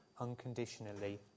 unconditionally